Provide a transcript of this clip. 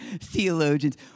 theologians